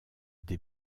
des